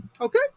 okay